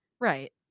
right